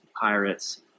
Pirates